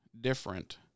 different